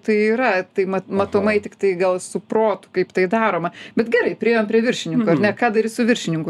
tai yra tai mat matomai tiktai gal su protu kaip tai daroma bet gerai priėjom prie viršininko ar ne ką daryt su viršininku